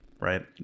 right